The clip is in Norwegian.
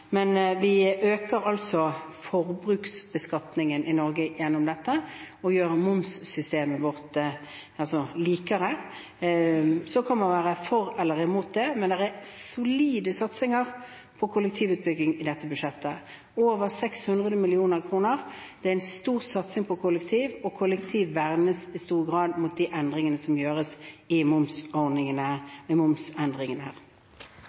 Men vi øker altså forbruksbeskatningen i Norge gjennom dette, og vi gjør momssystemet vårt likere. Man kan være for eller imot det, men det er solide satsinger på kollektivutbygging i dette budsjettet – over 600 mill. kr. Det er en stor satsing på kollektiv, og kollektiv vernes i stor grad mot det som gjøres